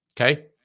Okay